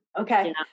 Okay